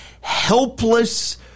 helpless